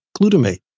glutamate